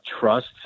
trust